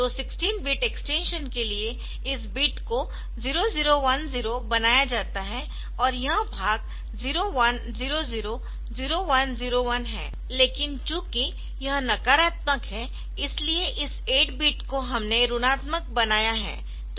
तो 16 bit extension के लिए इस बिट को 0010 बनाया जाता है और यह भाग 0100 0101 है लेकिन चूंकि यह नकारात्मक है इसलिए इस 8 बिट को हमने ऋणात्मक बनाया है